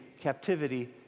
captivity